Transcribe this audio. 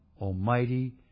Almighty